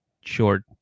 short